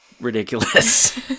ridiculous